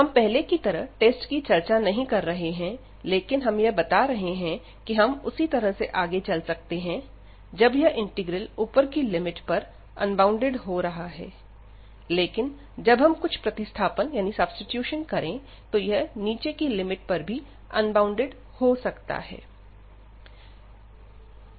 हम पहले की तरह टेस्ट की चर्चा नहीं कर रहे हैं लेकिन हम यह बता रहे हैं कि हम उसी तरह से आगे चल सकते हैं जब यह इंटीग्रल ऊपर की लिमिट पर अनबॉउंडेड हो रहा है लेकिन जब हम कुछ प्रतिस्थापन करें तो यह नीचे की लिमिट पर भी अनबॉउंडेड हो सकता है